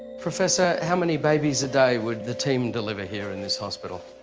professor, how many babies a day would the team deliver here in this hospital?